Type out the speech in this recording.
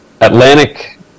Atlantic